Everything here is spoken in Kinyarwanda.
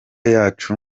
yacu